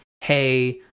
hey